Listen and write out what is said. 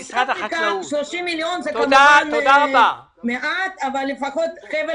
30 מיליון שקל זה כמובן מעט אבל לפחות זה חבל